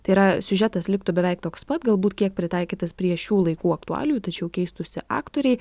tai yra siužetas liktų beveik toks pat galbūt kiek pritaikytas prie šių laikų aktualijų tačiau keistųsi aktoriai